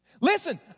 Listen